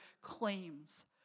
claims